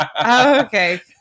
okay